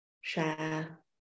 share